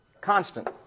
constant